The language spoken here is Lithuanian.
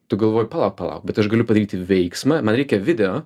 tu galvoji palauk palauk bet aš galiu padaryti veiksmą man reikia video